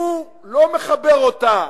הוא לא מחבר אותה